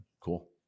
Cool